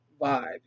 vibe